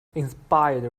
inspired